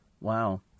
Wow